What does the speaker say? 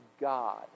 God